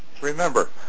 remember